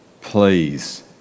Please